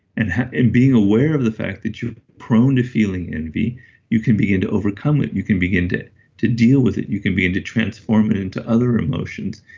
and and being aware of the fact that you're prone to feeling envy you can begin to overcome it, you can begin to to deal with it. you can begin to transform it into other emotions,